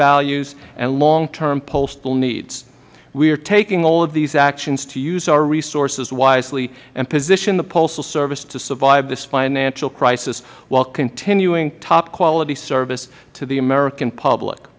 values and long term postal needs we are taking all of these actions to use our resources wisely and position the postal service to survive this financial crisis while continuing top quality service to the american public